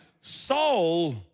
Saul